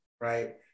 right